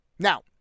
Now